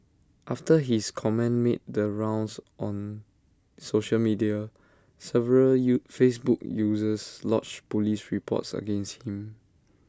after his comment made the rounds on social media several U Facebook users lodged Police reports against him